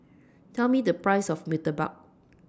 Tell Me The Price of Murtabak